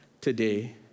today